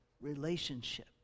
relationship